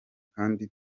kandi